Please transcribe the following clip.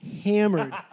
hammered